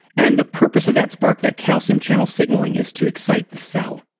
and the purpose of that spark, that calcium channel signaling, is to excite the cell.